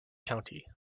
county